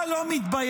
אתה לא מתבייש?